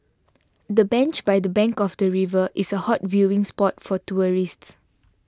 the bench by the bank of the river is a hot viewing spot for tourists